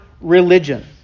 religion